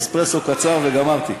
אספרסו קצר וגמרתי.